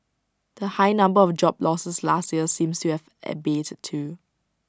the high number of job losses last year seems to have abated too